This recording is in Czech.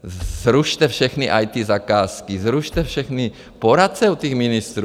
Zrušte všechny IT zakázky, zrušte všechny poradce u těch ministrů.